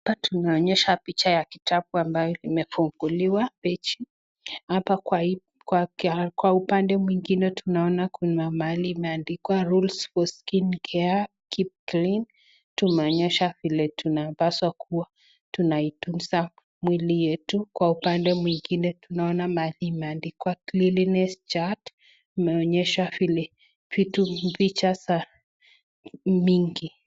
Hapa tunaonyesha picha ya kitabu ambacho limefunguliwa page . Hapa kwa upande mwingine tunaona kuna mahali imeandikwa rules for skin care keep clean , tunaonyesha vile tunapaswa kuwa tunaitunza mwili yetu. Kwa upande mwingine tunaona mahali imeandikwa cleanliness chart imeonyesha vile picha za vitu mingi.